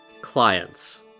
clients